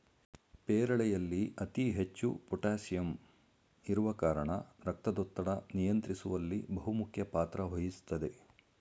ಪೇರಳೆಯಲ್ಲಿ ಅತಿ ಹೆಚ್ಚು ಪೋಟಾಸಿಯಂ ಇರುವ ಕಾರಣ ರಕ್ತದೊತ್ತಡ ನಿಯಂತ್ರಿಸುವಲ್ಲಿ ಬಹುಮುಖ್ಯ ಪಾತ್ರ ವಹಿಸ್ತದೆ